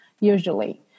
usually